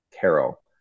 carol